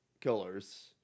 killers